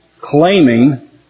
claiming